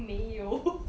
没有